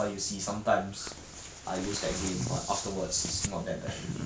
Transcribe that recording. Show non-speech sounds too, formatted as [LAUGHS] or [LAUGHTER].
john lah like [LAUGHS] why he always leave me alone [one] I don't get it leh